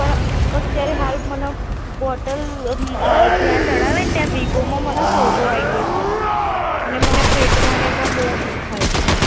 પણ અત્યારે હાલ મને બોટલ જ્યાં ચડાવેને ત્યાં વિગોમાં મને સોજો આવી ગયો છે અને મને પેટમાંને પણ બઉ દુખાય છે